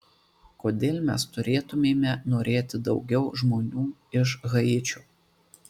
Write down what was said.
kodėl mes turėtumėme norėti daugiau žmonių iš haičio